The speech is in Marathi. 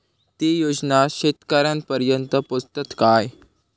ते योजना शेतकऱ्यानपर्यंत पोचतत काय?